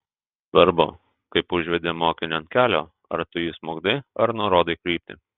svarbu kaip užvedi mokinį ant kelio ar tu jį smukdai ar nurodai kryptį